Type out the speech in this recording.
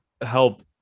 help